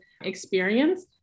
experience